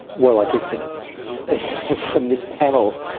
well i guess it's from this panel,